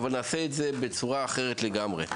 אבל נעשה את זה בצורה אחרת לגמרי.